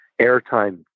airtime